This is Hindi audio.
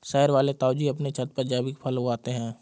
शहर वाले ताऊजी अपने छत पर जैविक फल उगाते हैं